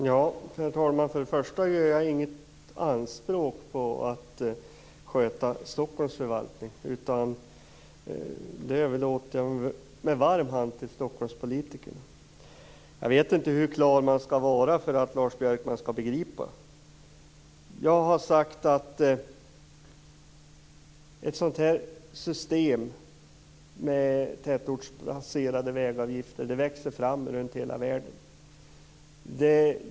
Herr talman! För det första gör jag inget anspråk på att sköta Stockholms förvaltning. Det överlåter jag med varm hand åt Stockholmspolitikerna. Jag vet inte hur klar man skall vara för att Lars Björkman skall begripa. Jag har sagt att ett sådant här system med tätortsbaserade vägavgifter växer fram runt hela världen.